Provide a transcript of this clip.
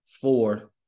four